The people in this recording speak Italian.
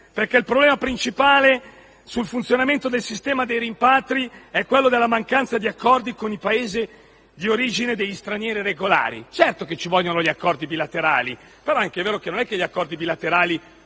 perché il problema principale sul funzionamento del sistema dei rimpatri è la mancanza di accordi con i Paesi di origine degli stranieri irregolari. Certo che ci vogliono gli accordi bilaterali, però è anche vero che non piovono dal